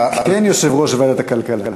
כן, יושב-ראש ועדת הכלכלה.